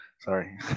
Sorry